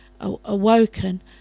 awoken